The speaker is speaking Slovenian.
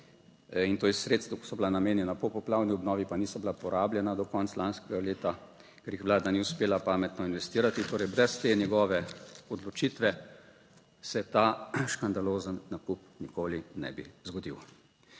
in to iz sredstev, ki so bila namenjena popoplavni obnovi, pa niso bila porabljena do konca lanskega leta, ker jih Vlada ni uspela pametno investirati; torej, brez te njegove odločitve, se ta škandalozen nakup nikoli ne bi zgodil.